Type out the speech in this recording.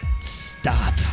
Stop